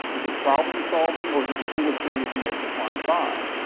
is it problem-solving, or is it the coolest thing you can make the client buy?